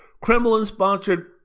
Kremlin-sponsored